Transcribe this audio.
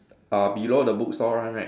uh below the bookstore one right